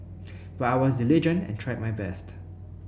but I was diligent and tried my best